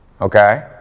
okay